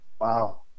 Wow